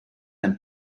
ein